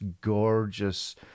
gorgeous